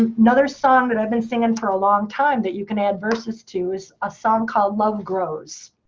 another song that i've been singing for a long time, that you can add verses to, is a song called love grows.